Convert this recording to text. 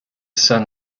son